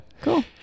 Cool